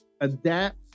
adapt